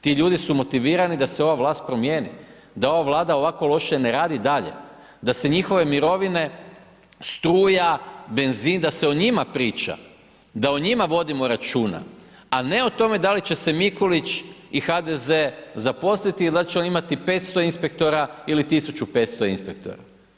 Ti ljudi su motivirani da se ova vlast promijeni, da ova vlada ovako loše ne radi dalje, da se njihove mirovine, struja, benzin, da se o njima priča, da o njima vodimo računa, a ne o tome da li će se Mikulić i HDZ zaposliti i da li će oni imati 500 inspektora ili 1500 inspektora.